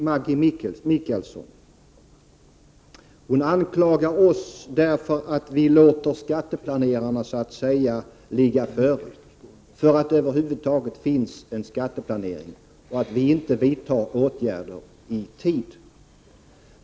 Maggi Mikaelsson anklagar oss för att vi låter skatteplanerarna så att säga ligga före, för att det över huvud taget finns en skatteplanering och för att vi inte vidtar åtgärder i tid.